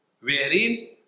wherein